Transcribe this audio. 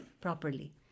properly